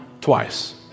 twice